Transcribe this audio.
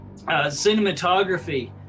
Cinematography